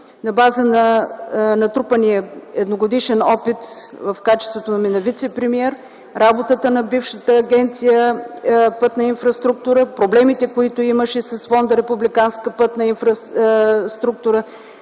на база на натрупания едногодишен опит в качеството ми на вицепремиер, работата на бившата Агенция „Пътна инфраструктура”, проблемите, които имаше с Фонд „Републиканска пътна инфраструктура”,